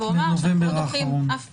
-- ואומר שאנחנו לא דוחים אף פנייה.